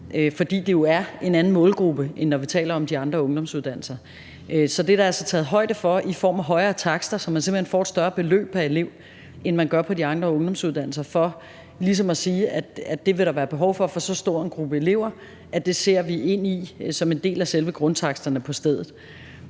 fordi det jo er en anden målgruppe, end når vi taler om de andre ungdomsuddannelser. Så det er der altså taget højde for i form af højere takster; man får simpelt hen et større beløb pr. elev, end man gør på de andre ungdomsuddannelser, og det er for ligesom at sige, at det vil der være behov for for så stor en gruppe elever, at vi ser det som en del af selve grundtaksterne på stedet.